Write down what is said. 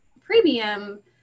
premium